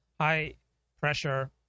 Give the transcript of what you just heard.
high-pressure